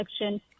election